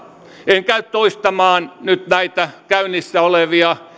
en käy toistamaan nyt näitä käynnissä olevia